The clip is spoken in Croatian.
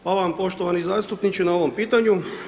Hvala vam poštovani zastupniče na ovom pitanju.